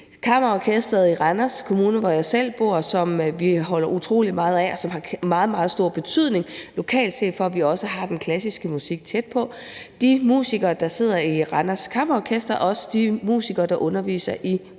Kammerorkester i Randers Kommune, hvor jeg selv bor, som vi holder utrolig meget af, og som har meget, meget stor betydning lokalt for, at vi også har den klassiske musik tæt på. De musikere, der sidder i Randers Kammerorkester, er også de musikere, der underviser i